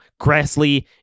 Grassley